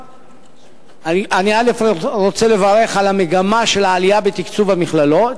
אני רוצה לברך על המגמה של העלייה בתקצוב מכללות,